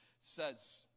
says